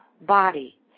body